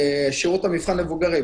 שירות המבחן למבוגרים,